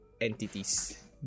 entities